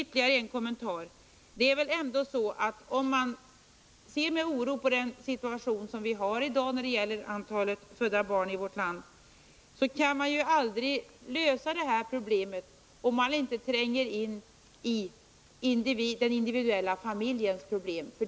Ytterligare en kommentar: Man kan se med oro på den situation som vi har idag när det gäller antalet födda barn i vårt land. Men man kan aldrig lösa det problemet, om man inte beaktar den individuella familjens situation.